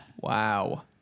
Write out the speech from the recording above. wow